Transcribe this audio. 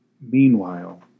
Meanwhile